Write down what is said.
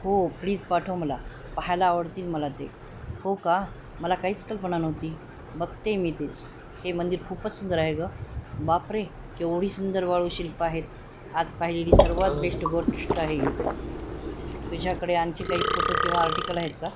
हो प्लीज पाठव मला पाहायला आवडतील मला ते हो का मला काहीच कल्पना नव्हती बघते मी तेच हे मंदिर खूपच सुंदर आहे गं बापरे केवढी सुंदर वाळू शिल्पं आहेत आज पाहिलेली सर्वात बेस्ट गोष्ट आहे ही तुझ्याकडे यांचे काही फोटो किंवा आर्टिकल आहेत का